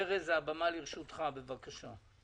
ארז, הבמה לרשותך, בבקשה.